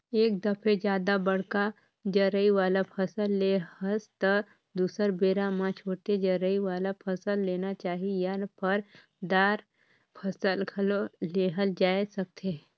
एक दफे जादा बड़का जरई वाला फसल ले हस त दुसर बेरा म छोटे जरई वाला फसल लेना चाही या फर, दार फसल घलो लेहल जाए सकथे